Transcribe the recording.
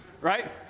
right